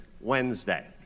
Wednesday